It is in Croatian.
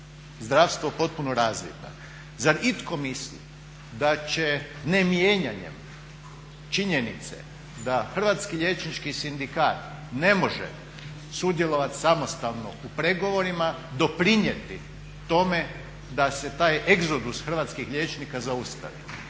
zdravstvo potpuno razvidna. Zar itko mislim da će ne mijenjanjem činjenice da Hrvatski liječnički sindikat ne može sudjelovati samostalno u pregovorima doprinijeti tome da se taj egzodus hrvatskih liječnika zaustavi.